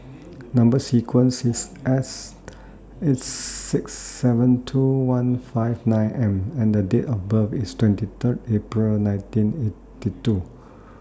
Number sequence IS S eight six seven two one five nine M and Date of birth IS twenty Third April nineteen eighty two